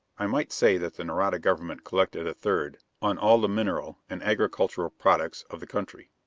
i might say that the nareda government collected a third on all the mineral and agricultural products of the country,